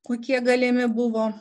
kokie galimi buvo